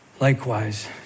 likewise